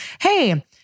hey